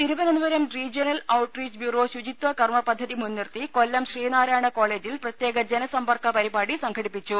Thiruvananthapuram regional outreach bureau ശുചിത്വ കർമപദ്ധതി മുൻനിർത്തി കൊല്ലം ശ്രീനാരായണ കോളേജിൽ പ്രത്യേക ജനസമ്പർക്കപരിപാടി സംഘടിപ്പിച്ചു